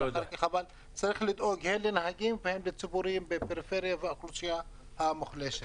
צריך לדאוג הן לנהגים והן לציבור בפריפריה ובאוכלוסייה המוחלשת.